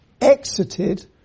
exited